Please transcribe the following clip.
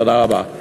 תודה רבה.